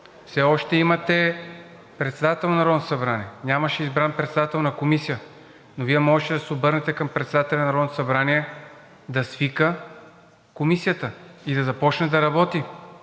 все още имате председател на Народното събрание. Нямаше избран председател на комисия, но Вие можеше да се обърнете към председателя на Народното събрание да свика Комисията, да започне да работи